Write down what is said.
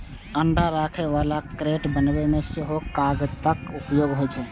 अंडा राखै बला क्रेट बनबै मे सेहो कागतक उपयोग होइ छै